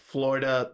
Florida